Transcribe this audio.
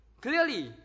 Clearly